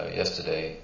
yesterday